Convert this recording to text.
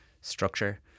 structure